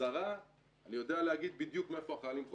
בחזרה זה יודע להגיד בדיוק מאיפה החיילים חוזרים.